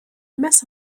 mess